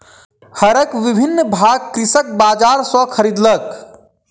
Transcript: हरक विभिन्न भाग कृषक बजार सॅ खरीदलक